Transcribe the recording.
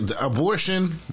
abortion